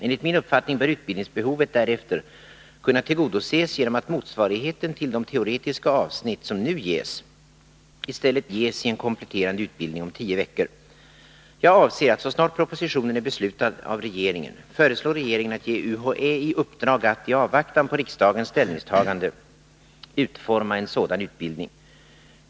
Enligt min uppfattning bör utbildningsbehovet därefter kunna tillgodoses genom att motsvarigheten till de teoretiska avsnitt som nu ges i vidareutbildningen i medicin och kirurgi, i stället ges i en kompletterande utbildning om tio veckor. Jag avser att så snart propositionen är beslutad av regeringen föreslå regeringen att ge UHÄ i uppdrag att — i avvaktan på riksdagens ställningstagande — utforma en sådan utbildning.